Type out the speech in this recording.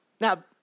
Now